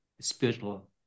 spiritual